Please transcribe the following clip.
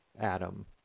adam